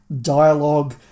dialogue